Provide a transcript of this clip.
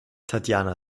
tatjana